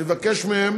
אני מבקש מהן